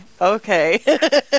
Okay